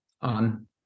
on